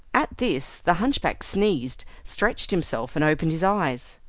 at this the hunchback sneezed, stretched himself and opened his eyes.